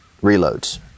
reloads